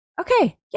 okay